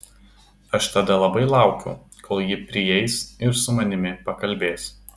aš tada labai laukiau kol ji prieis ir su manimi pakalbės